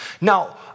Now